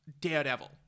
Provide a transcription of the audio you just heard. Daredevil